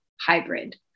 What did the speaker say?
hybrid